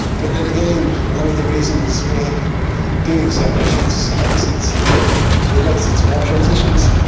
but then again, one of the reasons we're doing so much exercise is related to our transitions. ah,